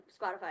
Spotify